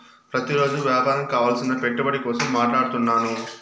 ప్రతిరోజు వ్యాపారం కావలసిన పెట్టుబడి కోసం మాట్లాడుతున్నాను